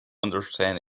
understand